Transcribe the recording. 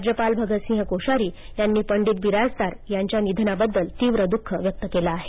राज्यपाल भगतसिंह कोश्यारी यांनी पंडित बिराजदार यांच्या निधनाबद्दल तीव्र दुःख व्यक्त केलं आहे